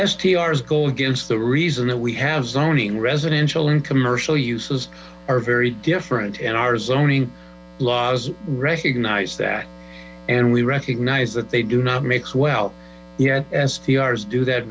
stars go against the reason that we have zoning residential and commercial uses are very different and our zoning laws recognize that and we recognize that they do not mix well yet stars do that